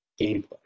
gameplay